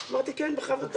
אמרתי: כן, בכבוד.